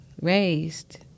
Raised